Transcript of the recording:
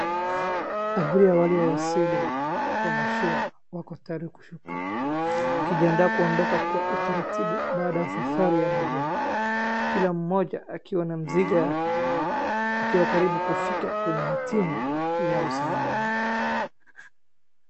Abiria waliowasili kwa mashua wako tayari kushuka wakijiandaa kuondoka kwa utaratibu baada ya safari ya majini, kila mmoja akiwa na mzigo yake wakiwa karibu kufika kwenye hatima yao salama.